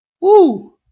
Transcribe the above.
Woo